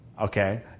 Okay